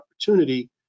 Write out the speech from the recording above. opportunity